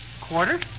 Quarter